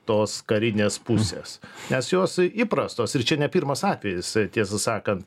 tos karinės pusės nes jos įprastos ir čia ne pirmas atvejis tiesą sakant